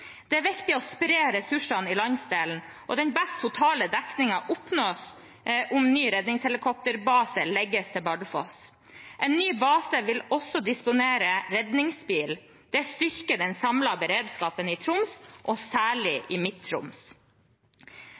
Det er viktig å spre ressursene i landsdelen. Den beste totale dekningen oppnås om ny redningshelikopterbase legges til Bardufoss. En ny base vil også disponere redningsbil. Det styrker den samlede beredskapen i Troms, og særlig i